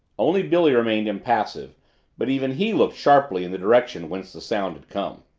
only billy remained impassive but even he looked sharply in the direction whence the sound had come.